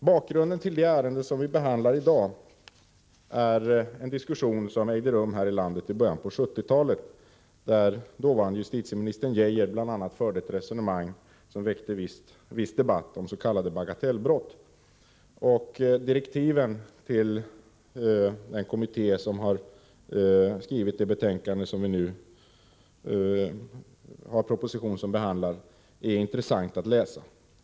Bakgrunden till det ärende som vi behandlar i dag är en diskussion som ägde rum här i landet i början av 1970-talet, när dåvarande justitieminister Geijer bl.a. förde ett resonemang, som väckte viss debatt, om s.k. bagatellbrott. Direktiven till den kommitté som skrivit det betänkande som ligger till grund för den proposition vi nu behandlar är intressanta att läsa.